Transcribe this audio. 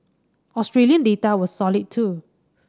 Australian data was solid too